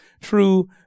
true